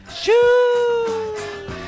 Shoo